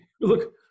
look